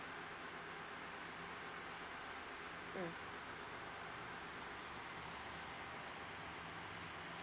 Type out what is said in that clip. mm